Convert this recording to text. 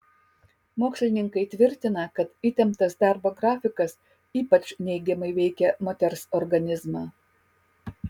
mokslininkai tvirtina kad įtemptas darbo grafikas ypač neigiamai veikia moters organizmą